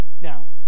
Now